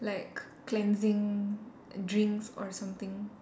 like c~ cleansing drinks or something